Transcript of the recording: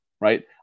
right